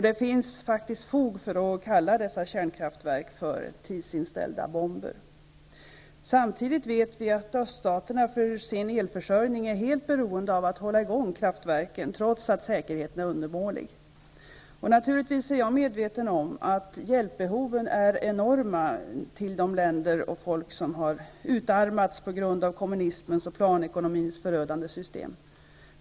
Det finns faktiskt fog för att kalla dessa kärnkraftverk för tidsinställda bomber. Samtidigt vet vi att öststaterna är helt beroende av att hålla i gång kraftverken för sin elförsörjning, trots att säkerheten är undermålig. Jag är naturligtvis medveten om att hjälpbehoven är enorma till de länder och folk som har utarmats på grund av kommunismens och planekonomins förödande system.